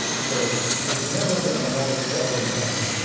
so there has never been a more exciting time.